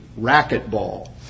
racquetball